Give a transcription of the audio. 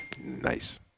Nice